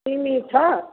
सिमी छ